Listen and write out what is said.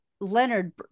Leonard